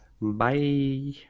bye